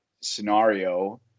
scenario